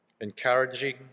encouraging